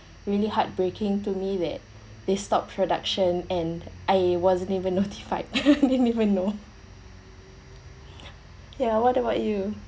really heartbreaking to me that they stopped production and I wasn't even notified I didn't even know ya what about you